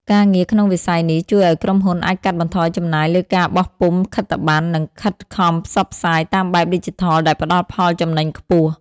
ការងារក្នុងវិស័យនេះជួយឱ្យក្រុមហ៊ុនអាចកាត់បន្ថយចំណាយលើការបោះពុម្ពខិតប័ណ្ណ និងខិតខំផ្សព្វផ្សាយតាមបែបឌីជីថលដែលផ្តល់ផលចំណេញខ្ពស់។